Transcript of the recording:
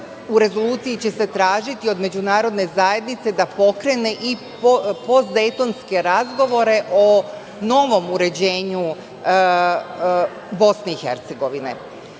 u rezoluciji će se tražiti od međunarodne zajednice da pokrene i postdejtonske razgovore o novom uređenju Bosne i Hercegovine. Svakako